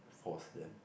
force them